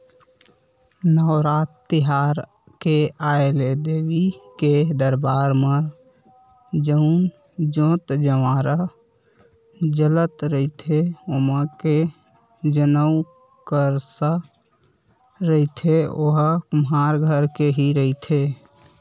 नवरात तिहार के आय ले देवी के दरबार म जउन जोंत जंवारा जलत रहिथे ओमा के जउन करसा रहिथे ओहा कुम्हार घर के ही रहिथे